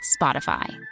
Spotify